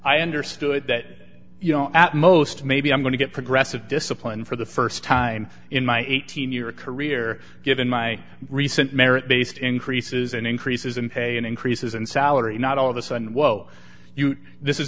i understood that you know at most maybe i'm going to get progressive discipline for the st time in my eighteen year career given my recent merit based increases and increases in pay increases and salary not all of a sudden whoa this is